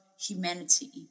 humanity